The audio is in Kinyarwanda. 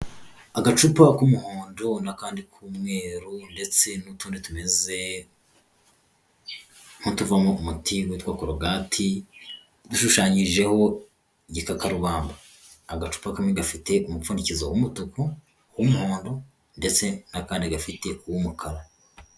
Agacupa k'umuhondo n'akandi k'umweru ndetse n'utundi tumeze nk'utuvamo umuti witwa Colgate dushushanyijeho igikakarubamba, agacupa kamwe gafite umupfundikizo w'umutuku, w'umuhondo ndetse n'akandi gafite uwumukara.